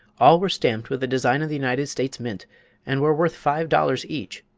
all were stamped with the design of the united states mint and were worth five dollars each.